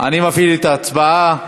אני מפעיל את ההצבעה.